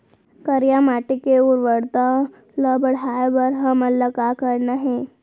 करिया माटी के उर्वरता ला बढ़ाए बर हमन ला का करना हे?